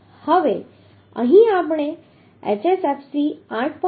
હવે અહીં આપણે HSFC 8